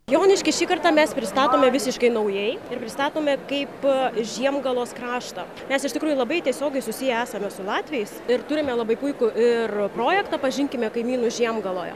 joniškį šį kartą mes pristatome visiškai naujai ir pristatome kaip žiemgalos kraštą mes iš tikrųjų labai tiesiogiai susiję esame su latviais ir turime labai puikų ir projektą pažinkime kaimynus žiemgaloje